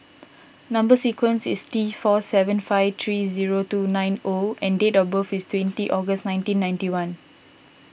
Number Sequence is T four seven five three zero two nine O and date of birth is twenty August nineteen ninety one